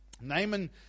naaman